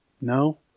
No